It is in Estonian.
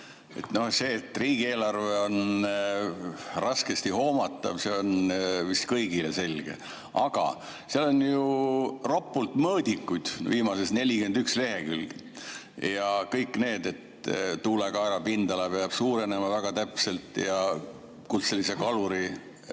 See, et riigieelarve on raskesti hoomatav, on vist kõigile selge. Aga seal on ju ropult mõõdikuid, viimased 41 lehekülge. Kõik need, et tuulekaera pindala peab suurenema väga täpselt ja kutselise kaluri